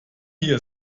hier